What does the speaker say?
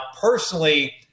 personally